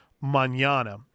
manana